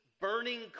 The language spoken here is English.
burning